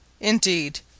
Indeed